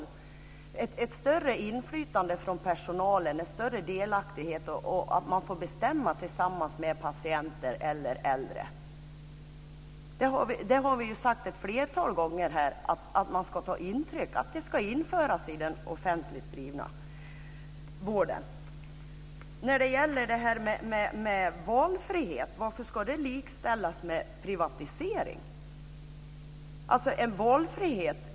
Det ska vara ett större inflytande för personalen, större delaktighet, bestämmandet ska ske tillsammans med patienter eller äldre. Vi har ett flertal gånger sagt att man ska ta intryck, dvs. att detta ska införas in den offentligt drivna vården. Varför ska valfrihet likställas med privatisering?